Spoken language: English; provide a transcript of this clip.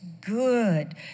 good